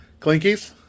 Clinkies